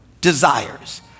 desires